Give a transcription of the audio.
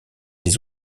des